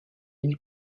île